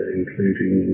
including